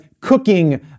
cooking